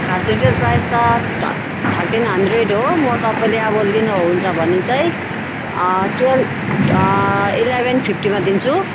खास retail price त थ थर्टिन हन्ड्रेड हो म तपाईँले अब लिनुहुन्छ भने चाहिँ टुवेलभ इलेभेन फिफ्टीमा दिन्छु